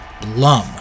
Blum